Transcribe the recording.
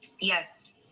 yes